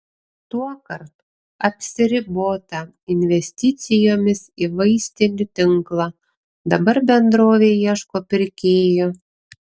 tuokart apsiribota investicijomis į vaistinių tinklą dabar bendrovė ieško pirkėjų